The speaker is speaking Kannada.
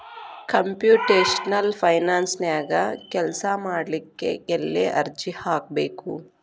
ಕಂಪ್ಯುಟೆಷ್ನಲ್ ಫೈನಾನ್ಸನ್ಯಾಗ ಕೆಲ್ಸಾಮಾಡ್ಲಿಕ್ಕೆ ಎಲ್ಲೆ ಅರ್ಜಿ ಹಾಕ್ಬೇಕು?